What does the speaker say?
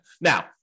Now